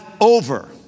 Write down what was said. over